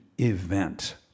event